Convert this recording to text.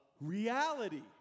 reality